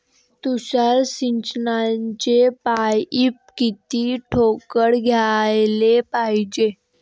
तुषार सिंचनाचे पाइप किती ठोकळ घ्याले पायजे?